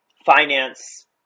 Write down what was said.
finance